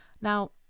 now